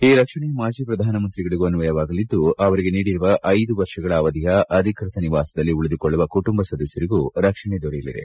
ಈ ರಕ್ಷಣೆ ಮಾಜಿ ಪ್ರಧಾನಮಂತ್ರಿಗಳಿಗೂ ಅನ್ನಯವಾಗಲಿದ್ದು ಅವರಿಗೆ ನೀಡಿರುವ ಐದು ವರ್ಷಗಳ ಅವಧಿಯ ಅಧಿಕ್ಷತ ನಿವಾಸದಲ್ಲಿ ಉಳಿದುಕೊಳ್ಳುವ ಕುಟುಂಬ ಸದಸ್ಯರಿಗೂ ರಕ್ಷಣೆ ದೊರೆಯಲಿದೆ